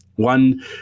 One